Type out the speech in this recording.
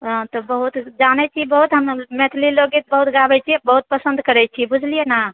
तऽ बहुत जानए छी बहुत मैथिली लोक गीत बहुत गाबए छी बहुत पसन्द करैत छी बुझलिऐ ने